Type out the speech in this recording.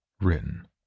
written